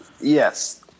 yes